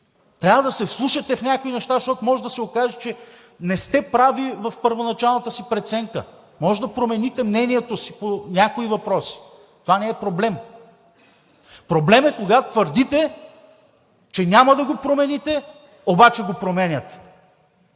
Трябва да се вслушате в някои неща, защото може да се окаже, че не сте прави в първоначалната си преценка. Може да промените мнението си по някои въпроси. Това не е проблем. Проблем е, когато твърдите, че няма да го промените, обаче го променяте.